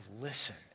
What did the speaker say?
listen